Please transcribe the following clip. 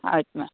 ಆಯಿತು ಮ್ಯಾಮ್